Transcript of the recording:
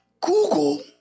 Google